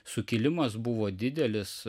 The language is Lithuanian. sukilimas buvo didelis